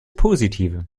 positive